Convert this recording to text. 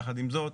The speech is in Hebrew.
יחד עם זאת,